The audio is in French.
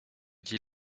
dis